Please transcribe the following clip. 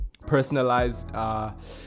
personalized